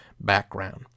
background